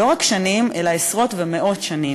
לא רק שנים אלא עשרות ומאות שנים.